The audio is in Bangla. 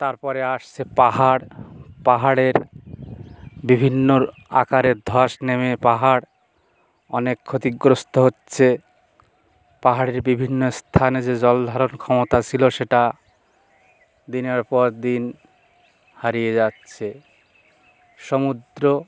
তারপরে আসছে পাহাড় পাহাড়ের বিভিন্ন আকারের ধস নেমে পাহাড় অনেক ক্ষতিগ্রস্থ হচ্ছে পাহাড়ের বিভিন্ন স্থানে যে জলধারণ ক্ষমতা ছিলো সেটা দিনের পর দিন হারিয়ে যাচ্ছে সমুদ্র